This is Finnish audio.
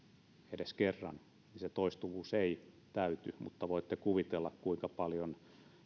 edes kerran niin se toistuvuus ei täyty mutta voitte kuvitella kuinka paljon